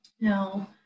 Now